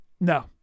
no